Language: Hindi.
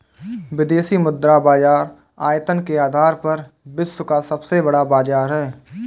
विदेशी मुद्रा बाजार आयतन के आधार पर विश्व का सबसे बड़ा बाज़ार है